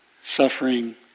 suffering